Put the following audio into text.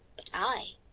but i,